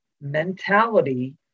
mentality